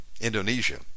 Indonesia